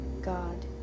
god